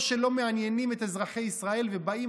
או שלא מעניינים את אזרחי ישראל ובאים